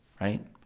right